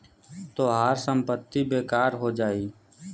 तोहार संपत्ति बेकार हो जाई